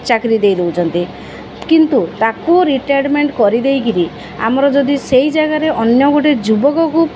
ଚାକିରି ଦେଇ ଦେଉଛନ୍ତି କିନ୍ତୁ ତାକୁ ରିଟାୟର୍ଡ଼ମେଣ୍ଟ କରି ଦେଇ କରି ଆମର ଯଦି ସେଇ ଜାଗାରେ ଅନ୍ୟ ଗୋଟେ ଯୁବକକୁ